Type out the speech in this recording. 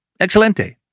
Excelente